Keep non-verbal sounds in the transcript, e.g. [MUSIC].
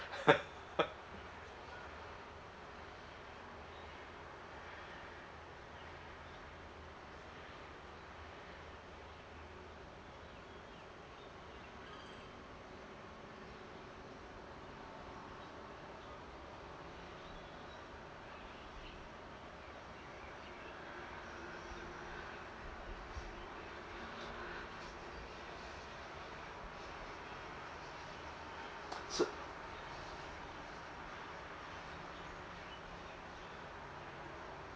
[LAUGHS] so